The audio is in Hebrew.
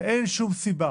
ואין שום סיבה